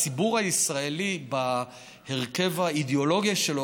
הציבור הישראלי בהרכב האידיאולוגי שלו